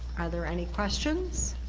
are there any questions?